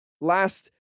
last